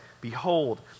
Behold